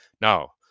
Now